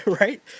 right